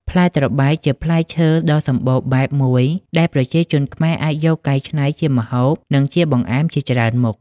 ផ្លែត្របែក ជាផ្លែឈើដ៏សម្បូរបែបមួយដែលប្រជាជនខ្មែរអាចយកកែច្នៃជាម្ហូប និងបង្អែមជាច្រើនមុខ។